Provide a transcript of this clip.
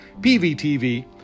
PVTV